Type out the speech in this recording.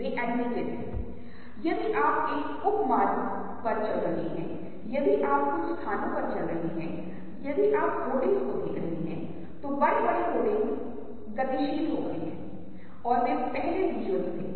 तो एडिक्टिव रंग में हरा नीला और लाल मुख्य रंग हैं और फिर जब हरे और लाल मिश्रित होते हैं तो आपके पास पीला हरा और नीला मिश्रित होता है आपके पास सियान लाल और नीला मिश्रित होते हैं आपके पास गुलाबी होते हैं